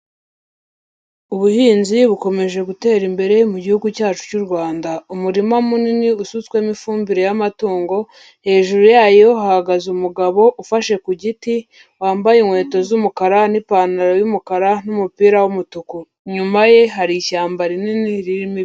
Ubuhinzi bukomeje gutera imbere mu gihugu cyacu cy'u Rwanda. Umurima munini usutswemo ifumbire y'amatungo, hejuru yayo hahagaze umugabo ufashe ku giti wambaye inkweto z'umukara n'ipantaro y'umukara n'umupira w'umutuku; inyuma ye hari ishyamba rinini ririmo...